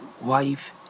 wife